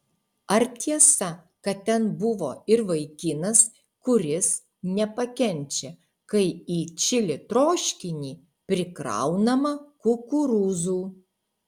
ar tiesa kad ten buvo ir vaikinas kuris nepakenčia kai į čili troškinį prikraunama kukurūzų